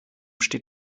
steht